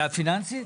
זה הפיננסית?